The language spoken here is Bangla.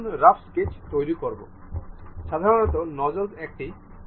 আপনি এটির সময়কালও বাড়িয়ে তুলতে পারেন